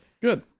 good